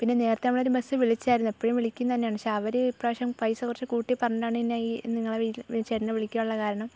പിന്നെ നേരത്തെ നമ്മൾ ഒരു ബസ് വിളിച്ചായിരുന്നു എപ്പോഴും വിളിക്കുന്നത് തന്നെയാണ് പക്ഷേ അവർ ഇപ്പ്രാവശ്യം പൈസ കുറച്ച് കൂട്ടി പറഞ്ഞതാണ് പിന്നെ ഈ നിങ്ങളെ വിളി ചേട്ടനെ വിളിക്കാനുള്ള കാരണം